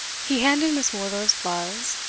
he handed miss wardour's gloves,